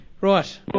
Right